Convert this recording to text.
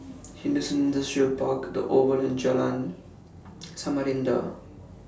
Henderson Industrial Park The Oval and Jalan Samarinda